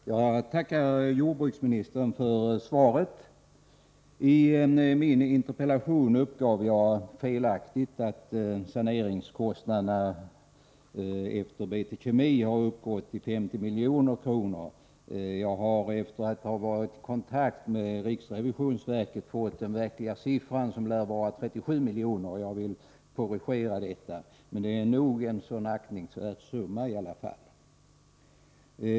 Herr talman! Jag tackar jordbruksministern för svaret. I min interpellation uppgav jag felaktigt att saneringskostnaderna efter BT Kemi uppgått till 50 milj.kr. Efter att ha varit i kontakt med riksrevisionsverket har jag fått den verkliga siffran, som lär vara 37 milj.kr. Jag vill korrigera detta. Det är en nog så aktningsvärd summa i alla fall.